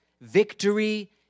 victory